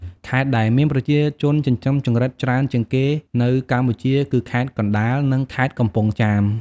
ខេត្តដែលមានប្រជាជនចិញ្ចឹមចង្រិតច្រើនជាងគេនៅកម្ពុជាគឺ ខេត្តកណ្ដាល និង ខេត្តកំពង់ចាម។